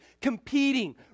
competing